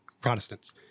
Protestants